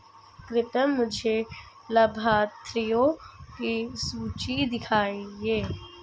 कृपया मुझे लाभार्थियों की सूची दिखाइए